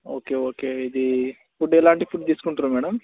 okay okay ఇది food ఎలాంటి food తీసుకుంటుర్రు మ్యాడమ్